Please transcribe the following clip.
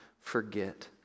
forget